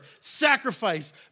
sacrifice